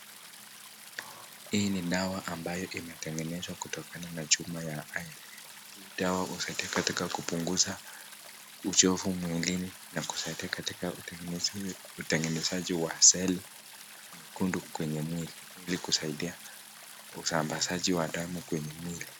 Hii ni dawa ambayo imetengeneswa kutokana ma juma (cs)iodine(cs)hii dawa husaidia kupunguza uchovu mwilini na kusaidia katika utengenezaji wa seli nyekundu kwenye mwili ili kusaidia usambasaji wa damu kwenye mwili.